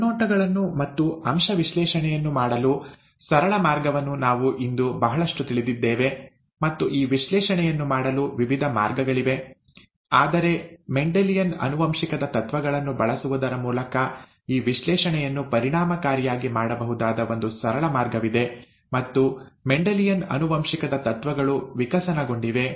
ಮುನ್ನೋಟಗಳನ್ನು ಮತ್ತು ಅಂಶ ವಿಶ್ಲೇಷಣೆಯನ್ನು ಮಾಡಲು ಸರಳ ಮಾರ್ಗವನ್ನು ನಾವು ಇಂದು ಬಹಳಷ್ಟು ತಿಳಿದಿದ್ದೇವೆ ಮತ್ತು ಈ ವಿಶ್ಲೇಷಣೆಯನ್ನು ಮಾಡಲು ವಿವಿಧ ಮಾರ್ಗಗಳಿವೆ ಆದರೆ ಮೆಂಡೆಲಿಯನ್ ಆನುವಂಶಿಕದ ತತ್ವಗಳನ್ನು ಬಳಸುವುದರ ಮೂಲಕ ಈ ವಿಶ್ಲೇಷಣೆಯನ್ನು ಪರಿಣಾಮಕಾರಿಯಾಗಿ ಮಾಡಬಹುದಾದ ಒಂದು ಸರಳ ಮಾರ್ಗವಾಗಿದೆ ಮತ್ತು ಮೆಂಡೆಲಿಯನ್ ಆನುವಂಶಿಕದ ತತ್ವಗಳು ವಿಕಸನಗೊಂಡಿವೆ